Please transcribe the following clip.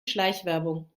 schleichwerbung